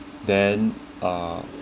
then uh